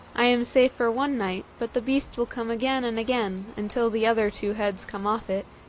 i am safe for one night, but the beast will come again and again, until the other two heads come off it.